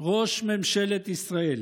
ראש ממשלת ישראל.